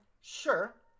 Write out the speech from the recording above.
Sure